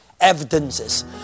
evidences